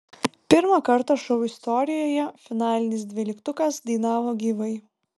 pirmą kartą šou istorijoje finalinis dvyliktukas dainavo gyvai